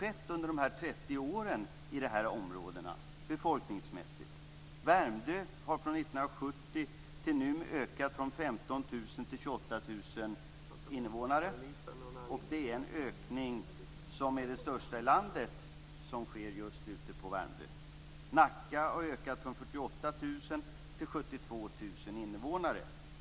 I Värmdö har antalet invånare från 1970 fram till nu ökat från 15 000 till 28 000. Det är en ökning som är den största i landet. I Nacka har antalet invånare under denna tid ökat från 48 000 till 72 000.